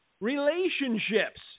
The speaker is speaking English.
relationships